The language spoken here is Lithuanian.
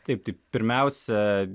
taip tik pirmiausia